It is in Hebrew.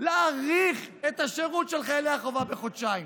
להאריך את השירות של חיילי החובה בחודשיים,